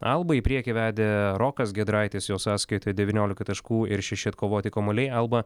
alba į priekį vedė rokas giedraitis jo sąskaitoj devyniolika taškų ir šeši atkovoti kamuoliai alba